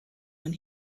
when